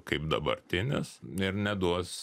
kaip dabartinis ir neduos